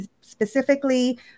specifically